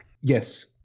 yes